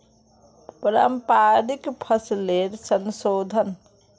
पारंपरिक फसलेर संशोधन